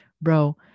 bro